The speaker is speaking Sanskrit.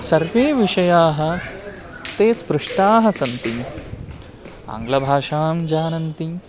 सर्वे विषयाः ते स्पृष्टाः सन्ति आङ्ग्लभाषां जानन्ति